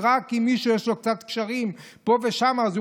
ואם למישהו יש קצת קשרים פה ושם הוא